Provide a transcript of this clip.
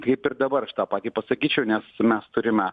kaip ir dabaraš tą patį pasakyčiau nes mes turime